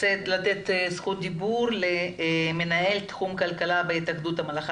ספיר בלוזר, מנכ"לית התאחדות הסטודנטים.